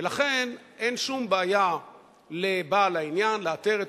ולכן אין שום בעיה לבעל העניין לאתר את